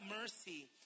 mercy